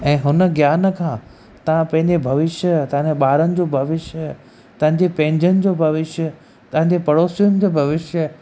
ऐं हुन ज्ञान खां तव्हां पंहिंजे भविष्य तव्हांजा ॿारनि जो भविष्य तव्हांजे पंहिंजनि जो भविष्य तव्हांजे पड़ोसियुनि जो भविष्य